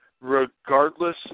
regardless